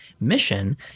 mission